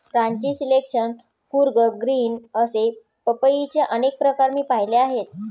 Ranchi selection, Coorg green असे पपईचे अनेक प्रकार मी पाहिले आहेत